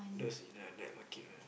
those in like night market one